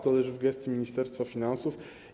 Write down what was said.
To leży w gestii Ministerstwa Finansów.